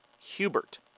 Hubert